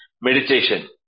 meditation